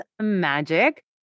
magic